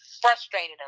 frustrated